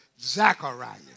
Zechariah